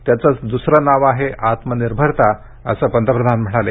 त्याचंच दुसरे नाव आहे आत्मनिर्भरता असं पंतप्रधान म्हणाले